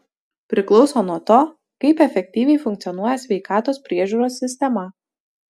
priklauso nuo to kaip efektyviai funkcionuoja sveikatos priežiūros sistema